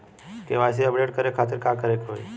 KYC update करे के खातिर का करे के होई?